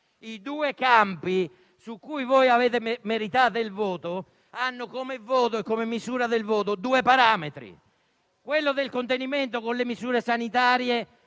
I due campi su cui voi avete meritato il voto, hanno come misura, due parametri. Quello del contenimento con le misure sanitarie